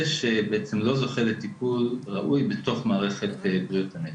שלא זוכה לטיפול ראוי בתוך מערכת בריאות הנפש.